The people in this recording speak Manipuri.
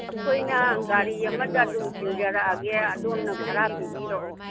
ꯑꯩꯈꯣꯏꯅ ꯒꯥꯔꯤ ꯑꯃꯗ ꯑꯗꯨꯝ ꯊꯤꯟꯖꯔꯛꯑꯒꯦ ꯑꯗꯣꯝꯅ ꯚꯔꯥ ꯄꯤꯕꯤꯔꯛꯑꯣ